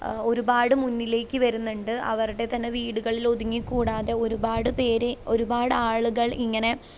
ഒരുപാട് മുന്നിലേക്ക് വരുന്നുണ് അവരുടെ തന്നെ വീടുകളിൽ ഒതുങ്ങി കൂടാതെ ഒരുപാട് പേർ ഒരുപാട് ആളുകൾ ഇങ്ങനെ